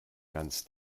ganz